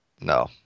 No